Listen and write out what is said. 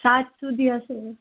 સાંજ સુધી હશે